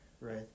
Right